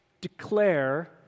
Declare